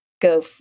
Go